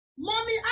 Mommy